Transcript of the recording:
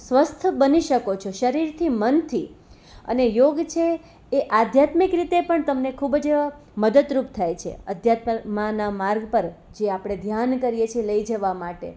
સ્વસ્થ બની શકો છો શરીરથી મનથી અને યોગ છે એ આધ્યાત્મિક રીતે પણ તમને ખૂબ જ મદદરૂપ થાય છે આદ્યત્મમાંના માર્ગ પર જે આપણે ધ્યાન કરીએ છીએ લઈ જવા માટે